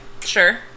Sure